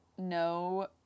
No